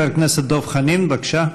חבר הכנסת דב חנין, בבקשה.